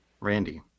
Randy